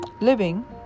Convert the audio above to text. living